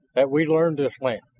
that we learn this land,